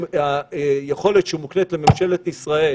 היכולת שמוקנית לממשלת ישראל